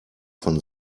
von